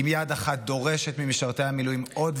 אם יד אחת דורשת ממשרתי המילואים עוד ועוד,